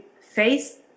face